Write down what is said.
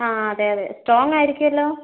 ആ അതെ അതെ സ്ട്രോംഗ് ആയിരിക്കുമല്ലോ